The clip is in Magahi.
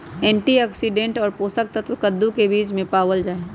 एंटीऑक्सीडेंट और पोषक तत्व कद्दू के बीज में पावल जाहई